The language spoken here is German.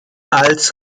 als